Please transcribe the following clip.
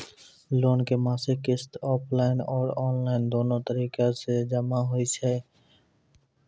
Loan के मासिक किस्त ऑफलाइन और ऑनलाइन दोनो तरीका से जमा होय लेली सकै छै?